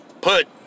put